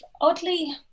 oddly